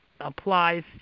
Applies